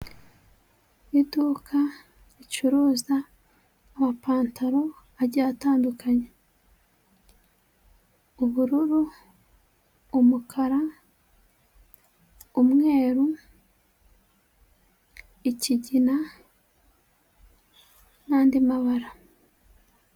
Idukaza ricuruza amapantaro agiye atandukanye, ubururu, umukara, umweru, ikigina n'andi mabara.